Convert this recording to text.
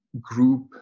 group